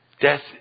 Death